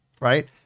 right